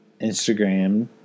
Instagram